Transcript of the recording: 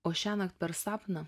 o šiąnakt per sapną